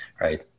right